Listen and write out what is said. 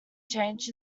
changed